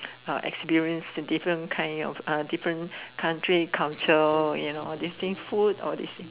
uh experience the different kind of uh different country culture you know all this thing food all this thing